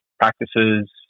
practices